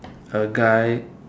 a guy